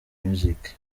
music